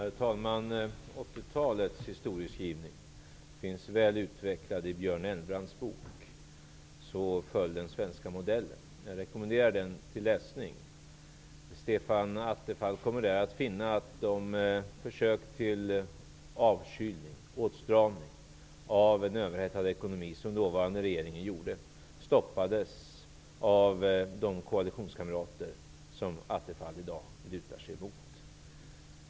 Herr talman! 1980-talets historieskrivning finns väl utvecklad i Björn Elmbrants bok Så föll den svenska modellen. Jag rekommenderar den till läsning. Stefan Attefall kommer där att finna att de försök till avkylning och åtstramning av en överhettad ekonomi som dåvarande regeringen gjorde stoppades av de koalitionskamrater som Stefan Attefall i dag lutar sig emot.